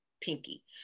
Pinky